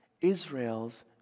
Israel's